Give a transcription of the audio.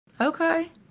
Okay